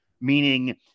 meaning